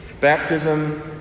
Baptism